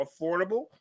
affordable